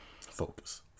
Focus